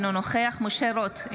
אינו נוכח משה רוט,